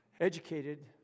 educated